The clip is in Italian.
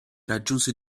raggiunse